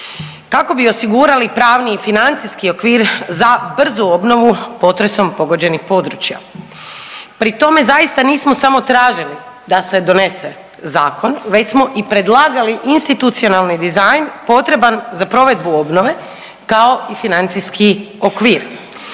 kako bi osigurali pravni i financijski okvir za brzu obnovu potresom pogođenih područja. Pri tome zaista nismo samo tražili da se donese zakon već smo i predlagali institucionalni dizajn potreban za provedbu obnove kao i financijski okvir.